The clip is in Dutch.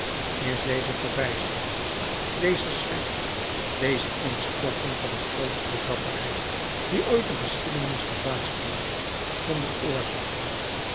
is deze verbijstering deze schrik deze instorting van de grootste dapperheid die ooit de geschiedenis verbaasd heeft zonder oorzaak